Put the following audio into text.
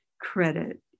credit